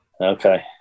Okay